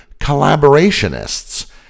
collaborationists